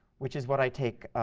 which is what i take